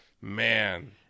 Man